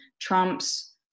trumps